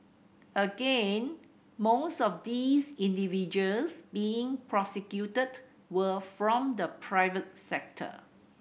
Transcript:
again most of these individuals being prosecuted were from the private sector